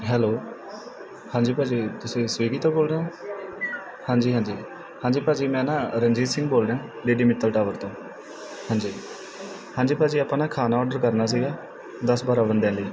hello ਹਾਂਜੀ ਭਾਅ ਜੀ ਤੁਸੀਂ ਸਵਿੱਗੀ ਤੋਂ ਬੋਲ ਰਹੇ ਹੋ ਹਾਂਜੀ ਹਾਂਜੀ ਹਾਂਜੀ ਭਾਅ ਜੀ ਮੈਂ ਨਾ ਰਣਜੀਤ ਸਿੰਘ ਬੋਲ ਰਿਹਾ ਡੀ ਡੀ ਮਿੱਤਲ ਟਾਵਰ ਤੋਂ ਹਾਂਜੀ ਹਾਂਜੀ ਭਾਅ ਜੀ ਆਪਾਂ ਨਾ ਖਾਣਾ ਆਡਰ ਕਰਨਾ ਸੀਗਾ ਦਸ ਬਾਰਾਂ ਬੰਦਿਆਂ ਲਈ